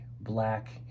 black